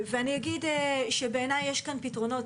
ואני אגיד שבעיניי יש כאן פתרונות,